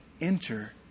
enter